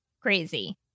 crazy